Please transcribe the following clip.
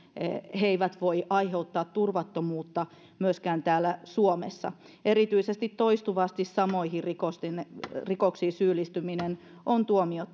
he eivät voi aiheuttaa turvattomuutta myöskään täällä suomessa erityisesti toistuvasti samoihin rikoksiin syyllistyminen on